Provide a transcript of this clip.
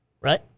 Right